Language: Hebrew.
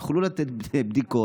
יוכלו לתת בדיקות,